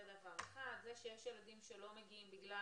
זה דבר אחד; זה שיש ילדים שלא מגיעים בגלל